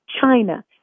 China